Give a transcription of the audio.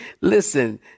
Listen